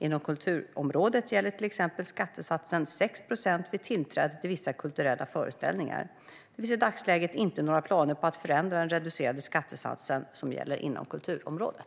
Inom kulturområdet gäller till exempel skattesatsen 6 procent vid tillträde till vissa kulturella föreställningar. Det finns i dagsläget inte några planer på att förändra den reducerade skattesats som gäller inom kulturområdet.